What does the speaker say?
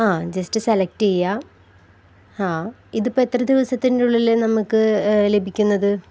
ആ just select ചെയ്യുക ആ ഇതിപ്പോള് എത്ര ദിവസത്തിന്റെ ഉള്ളില് നമുക്കു ലഭിക്കുന്നത്